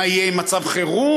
מה יהיה עם מצב חירום?